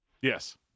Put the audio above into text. yes